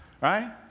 Right